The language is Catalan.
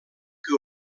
que